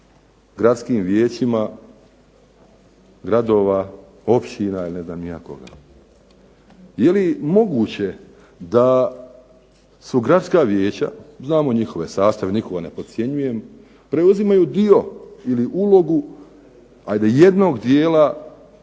gradskim vijećima gradova, općina i ne znam ni ja koga. Je li moguće da su gradska vijeća, znamo njihove sastave, nikoga ne podcjenjujem, preuzimaju dio ili ulogu ajde jednog dijela